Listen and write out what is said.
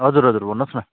हजुर हजुर भन्नुहोस् न